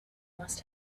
must